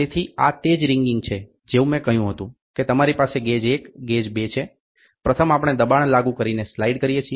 તેથી આ તે જ રિંગિંગ છે જેવું મેં કહ્યું હતું કે તમારી પાસે ગેજ 1 ગેજ 2 છે પ્રથમ આપણે દબાણ લાગુ કરીને સ્લાઇડ કરીએ છીએ